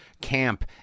camp